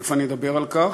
ותכף אני אדבר על כך,